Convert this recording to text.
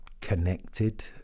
connected